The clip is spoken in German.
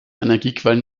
energiequellen